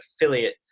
affiliate